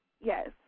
yes